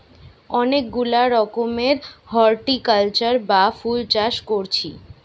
অনেক গুলা রকমের হরটিকালচার বা ফুল চাষ কোরছি